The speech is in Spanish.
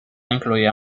incluía